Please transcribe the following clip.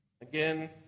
Again